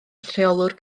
rheolwr